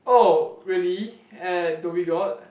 oh really at Dhoby-Ghaut